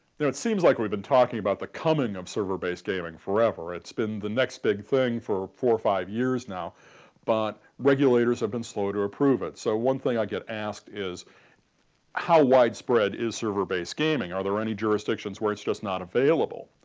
it seems like we've been talking about the coming of server based gaming forever it's been the next big thing for four or five years now but regulators have been slow to approve it so one thing i get asked is how widespread is server based gaming are there any jurisdictions where it's just not available?